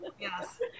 Yes